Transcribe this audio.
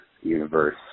universe